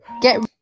Get